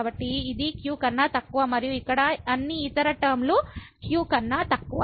కాబట్టి ఇది q కన్నా తక్కువ మరియు ఇక్కడ అన్ని ఇతర టర్మ లు q కన్నా తక్కువ